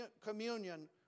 communion